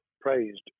praised